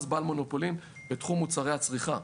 בעל מונופולין בתחום מוצרי הצריכה.